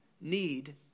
need